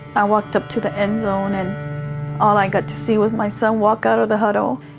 i walked up to the end zone, and all i got to see was my son walk out of the huddle.